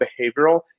behavioral